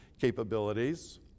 capabilities